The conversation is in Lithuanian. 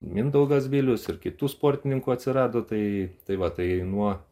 mindaugas bilius ir kitų sportininkų atsirado tai tai va tai nuo